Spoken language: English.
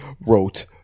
wrote